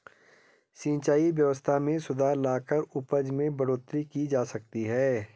सिंचाई व्यवस्था में सुधार लाकर उपज में बढ़ोतरी की जा सकती है